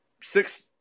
Six